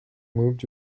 moved